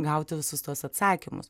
gauti visus tuos atsakymus